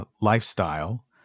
lifestyle